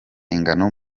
ingano